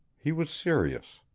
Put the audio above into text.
he was serious.